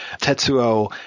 tetsuo